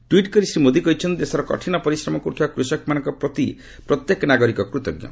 tweet କରି ଶ୍ରୀ ମୋଦି କହିଛନ୍ତି ଦେଶର କଠିନ ପରିଶ୍ରମ କରୁଥିବା କୃଷକମାନଙ୍କ ପ୍ରତି ପ୍ରତ୍ୟେକ ନାଗରିକ କୃତ୍କ